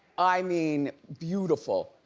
i mean, beautiful.